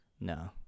No